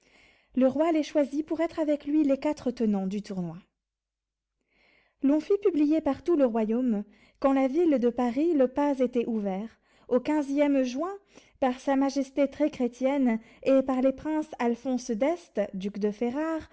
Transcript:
le roi les choisit pour être avec lui les quatre tenants du tournoi l'on fit publier par tout le royaume qu'en la ville de paris le pas était ouvert au quinzième juin par sa majesté très chrétienne et par les princes alphonse d'este duc de ferrare